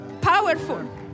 Powerful